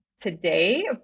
today